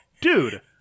dude